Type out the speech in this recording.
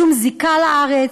שום זיקה לארץ,